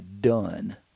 done